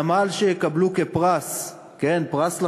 הנמל שיקבלו כפרס, כן, פרס ל"חמאס"